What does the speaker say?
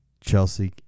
chelsea